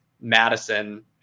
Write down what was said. Madison